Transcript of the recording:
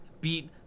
beat